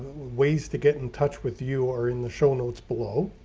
ways to get in touch with you or in the show notes below,